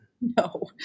No